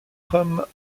femmes